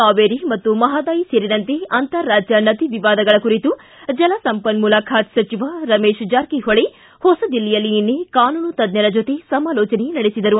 ಕಾವೇರಿ ಮತ್ತು ಮಹದಾಯಿ ಸೇರಿದಂತೆ ಅಂತಾರಾಜ್ಯ ನದಿ ವಿವಾದಗಳ ಕುರಿತು ಜಲಸಂಪನ್ಮೂಲ ಖಾತೆ ಸಚಿವ ರಮೇಶ್ ಜಾರಕಿಹೊಳಿ ಹೊಸದಿಲ್ಲಿಯಲ್ಲಿ ನಿನ್ನೆ ಕಾನೂನು ತಜ್ಜರ ಜೊತೆ ಸಮಾಲೋಚನೆ ನಡೆಸಿದರು